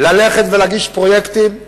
ללכת להגיש פרויקטים.